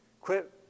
Quit